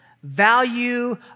Value